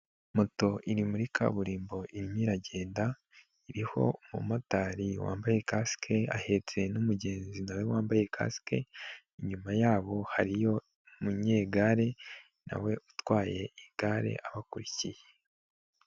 Moto iri muri kaburimbo irimo iragenda, iriho umumotari wambaye kasike, ahetse n'umugenzi nawe wambaye kasike, inyuma yabo hariyo umunyegare nawe utwaye igare abakurikiye.